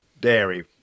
dairy